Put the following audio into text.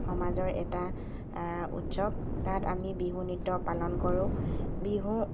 সমাজৰ এটা উৎসৱ তাত আমি বিহু নৃত্য পালন কৰোঁ বিহু